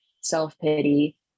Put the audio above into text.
self-pity